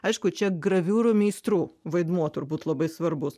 aišku čia graviūrų meistrų vaidmuo turbūt labai svarbus